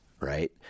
right